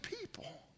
people